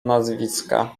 nazwiska